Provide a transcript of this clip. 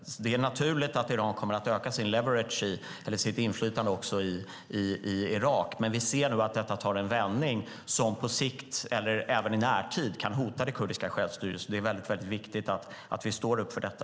Det är naturligt att Iran kommer att öka sin leverage, eller sitt inflytande, i Irak. Men vi ser nu att detta tar en vändning som på sikt eller även i närtid kan hota det kurdiska självstyret, så det är väldigt viktigt att vi står upp för detta.